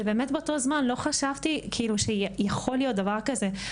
ובאמת באותו זמן לא חשבתי שיכול להיות דבר כזה.